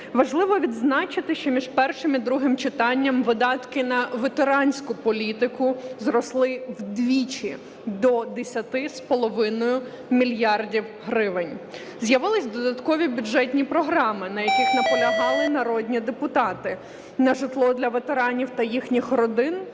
Важливо відзначити, що між першим і другим читанням видатки на ветеранську політику зросли вдвічі до 10,5 мільярда гривень. З'явилися додаткові бюджетні програми, на яких наполягали народні депутати. На житло для ветеранів та їхніх родин,